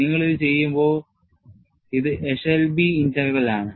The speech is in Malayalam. നിങ്ങൾ ഇത് ചെയ്യുമ്പോൾ ഇത് Eshelby integral ആണ്